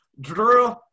Drew